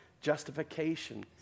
justification